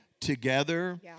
together